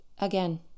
again